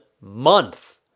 month